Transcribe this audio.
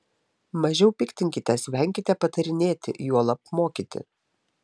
mažiau piktinkitės venkite patarinėti juolab mokyti